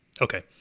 Okay